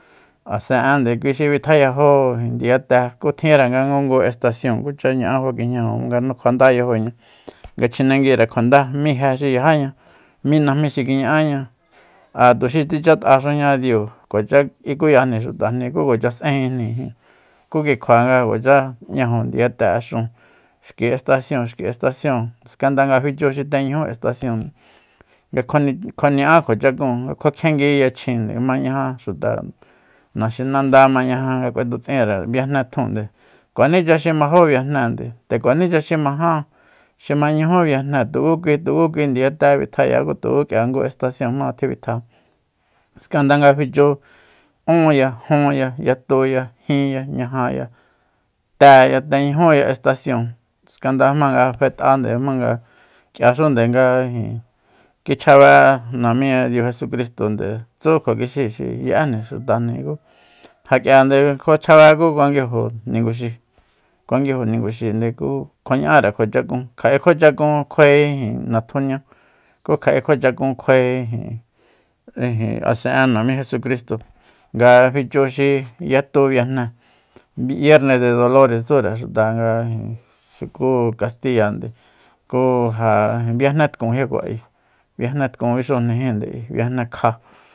Asen'ende kui xi bitjayajo ijin ndiyate ku tjinre nga ngungu estasion kucha ña'a fa kijñajo nga nukjuandá yajoña nga chjinenguire kju nda mí je xi yajáña mí najmí xi kiña'aña ja tuxi tschat'axuna diu kuacha ikuyajni xutajni ku cuacha s'ejinjni jin ku kikjua nga kuacha 'ñajunjni ndiyate'e xúun xki estasion xki estasion skanda nga fichu xi teñujú estasion nga kjua ni- kjua ña'á kjua chakun nga kuakjiengui yachjinde mañaja xuta naxinanda mañaja nga kjuatutsinre biejne tjunde kuanícha xi ma jó biejnende nde kuanícha xi ma jan xi ma ñujú biejné tukú kui tukú kui ndiyate bitjaya tuku k'ia ngu estasion jmanga tjibitja skanda nga fichu xi únya junya yatuya ijnya ñajaya teya teñijú estasion skanda jmanga fet'ande k'iaxunde nga ijin kichjabe namíya diu jesucristonde tsú kjua kixíixi ye'éjni xutajni ku ja k'iande kjua chjabe ku kuanguijo ninguxi kuanguijo ninguxinde kjuaña'are kjua chakun kja'é kjuachakun kjuae ijin natjunia ku kja'e kjuachakun kjuae ijin asen'e namí jesucristo nga fichu xi yatu biejnée bierne de dolores tsure xuta nga ijin xuku kastiyande ku ja biejne tkun kjiakua ayi biejne tkun bixúujnijinnde biejne kja